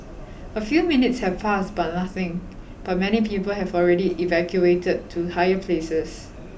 a few minutes have passed but nothing but many people have already evacuated to higher places